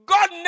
God